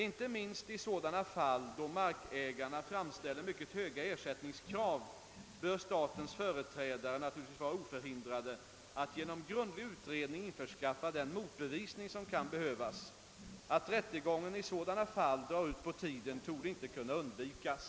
Inte minst i sådana fall då markägarna framställer mycket höga ersättningskrav bör statens företrädare naturligtvis vara oförhindrade att genom grundlig utredning införskaffa den motbevisning som kan behövas. Att rättegången i sådana fall drar ut på tiden torde inte kunna undvikas.